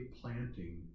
planting